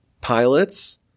pilots